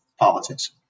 Politics